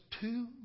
two